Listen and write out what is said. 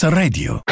radio